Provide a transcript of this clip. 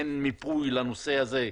אין מיפוי לנושא הזה,